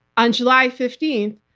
on july fifteenth,